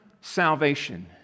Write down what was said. salvation